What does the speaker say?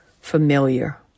familiar